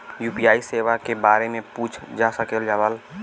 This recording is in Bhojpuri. यू.पी.आई सेवा के बारे में पूछ जा सकेला सवाल?